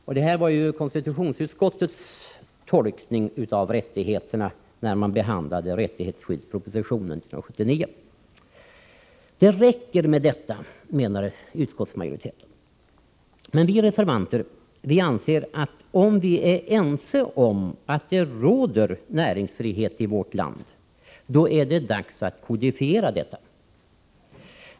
Så tolkade också konstitutionsutskottet dessa rättigheter vid behandlingen av rättighetsskyddspropositionen 1979. Det räcker med detta, menar utskottsmajoriteten. Vi reservanter anser att om vi är ense om att det råder näringsfrihet i vårt land, då är det dags att kodifiera detta.